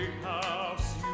house